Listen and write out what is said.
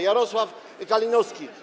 Jarosław Kalinowski.